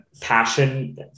passion